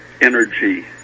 energy